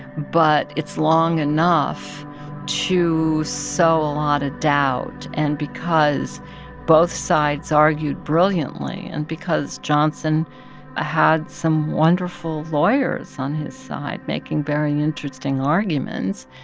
but it's long enough to sow a lot of doubt. and because both sides argued brilliantly and because johnson ah had some wonderful lawyers on his side making very interesting arguments,